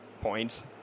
points